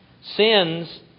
Sins